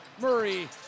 Murray